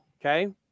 okay